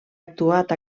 actuat